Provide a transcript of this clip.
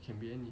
can be any